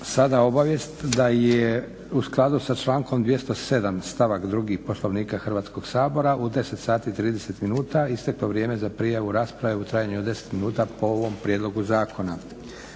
sada obavijest da je u skladu sa člankom 207.stavak 2. Poslovnika Hrvatskoga sabora u 10,30 sati isteklo vrijeme za prijavu rasprave u trajanju od 10 minuta po ovom prijedlogu zakona.